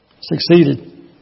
succeeded